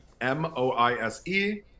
m-o-i-s-e